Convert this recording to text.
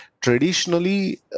Traditionally